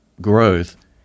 growth